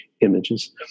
images